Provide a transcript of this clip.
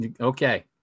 okay